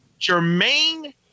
Jermaine